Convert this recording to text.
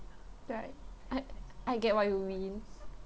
right I I get what you mean